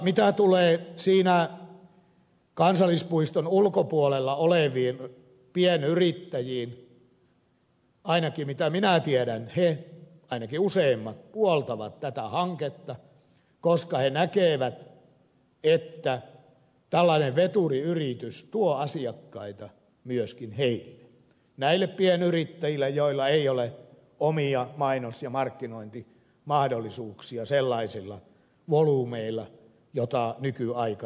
mitä tulee kansallispuiston ulkopuolella oleviin pienyrittäjiin ainakin mitä minä tiedän ainakin useimmat puoltavat tätä hanketta koska he näkevät että tällainen veturiyritys tuo asiakkaita myöskin heille näille pienyrittäjille joilla ei ole omia mainos ja markkinointimahdollisuuksia sellaisilla volyymeilla joita nykyaikana edellytetään